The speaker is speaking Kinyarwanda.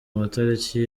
matariki